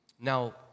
Now